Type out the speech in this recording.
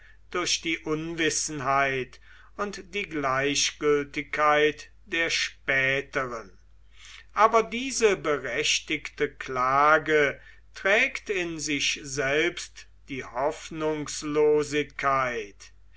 durch die unwissenheit und die gleichgültigkeit der späteren aber diese berechtigte klage trägt in sich selbst die hoffnungslosigkeit